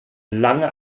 lange